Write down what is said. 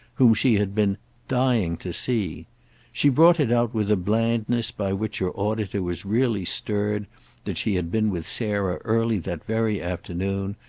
whom she had been dying to see she brought it out with a blandness by which her auditor was really stirred that she had been with sarah early that very afternoon,